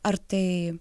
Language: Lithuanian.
ar tai